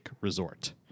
Resort